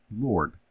Lord